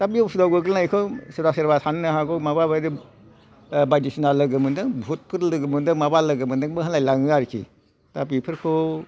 दा बे असुबिदायाव गोग्लैनायखौ सोरबा सोरबा साननो हागौ माबा बादि बायदिसिना लोगो मोन्दों भुतफोर लोगो मोन्दों माबा लोगो मोन्दोंबो होनलायलाङो आरोखि दा बेफोरखौ